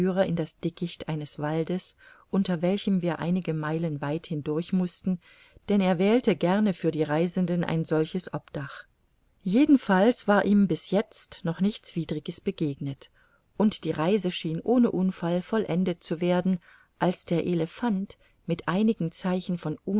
in das dickicht eines waldes unter welchem wir einige meilen weit hindurch mußten denn er wählte gerne für die reisenden ein solches obdach jedenfalls war ihm bis jetzt noch nichts widriges begegnet und die reise schien ohne unfall vollendet zu werden als der elephant mit einigen zeichen von